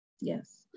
Yes